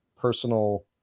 personal